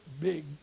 big